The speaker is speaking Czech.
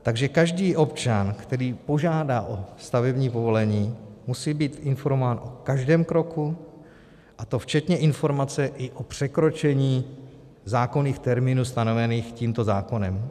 Takže každý občan, který požádá o stavební povolení, musí být informován o každém kroku, a to včetně informace i o překročení zákonných termínů stanovených tímto zákonem.